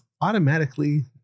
automatically